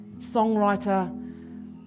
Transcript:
songwriter